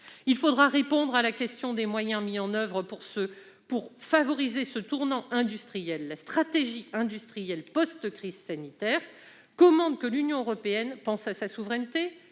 Il faudra répondre à la question des moyens à mettre en oeuvre pour faciliter ce tournant industriel. La stratégie industrielle post-crise sanitaire commande que l'Union européenne préserve sa souveraineté,